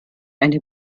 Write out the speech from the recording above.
eine